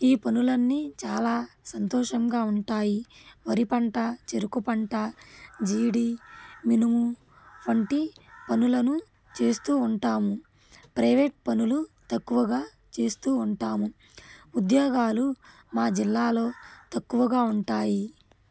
ఈ పనులన్నీ చాలా సంతోషంగా ఉంటాయి వరి పంట చెరుకు పంట జీడి మినుము వంటి పనులను చేస్తూ ఉంటాము ప్రైవేట్ పనులు తక్కువగా చేస్తూ ఉంటాము ఉద్యోగాలు మా జిల్లాలో తక్కువగా ఉంటాయి